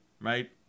right